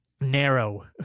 narrow